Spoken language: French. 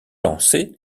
lancé